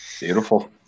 Beautiful